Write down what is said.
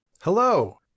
Hello